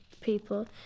people